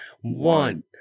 one